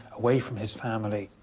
away from his family,